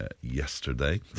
yesterday